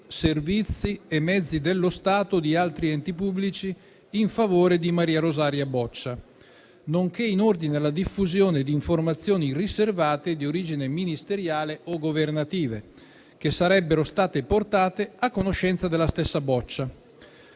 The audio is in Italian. servizi e mezzi dello Stato e di altri enti pubblici in favore di Maria Rosaria Boccia, nonché in ordine alla diffusione di informazioni riservate di origine ministeriale o governativa, che sarebbero state portate a conoscenza della stessa Boccia.